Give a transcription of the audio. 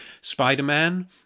Spider-Man